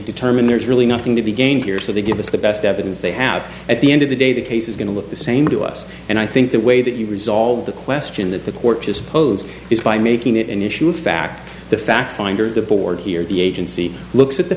determine there's really nothing to be gained here so they give us the best evidence they have at the end of the day the case is going to look the same to us and i think the way that you resolve the question that the court is supposed is by making it an issue of fact the fact finder the board here the agency looks at the